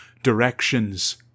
Directions